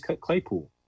Claypool